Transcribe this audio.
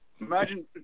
Imagine